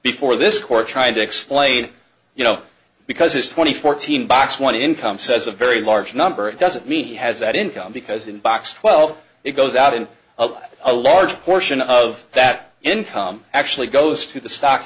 before this court trying to explain you know because his twenty fourteen box one income says a very large number doesn't mean he has that income because in box twelve it goes out in a large portion of that income actually goes to the stock